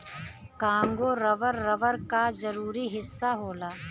Congo rubber, rubber क जरूरी हिस्सा होला